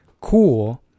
cool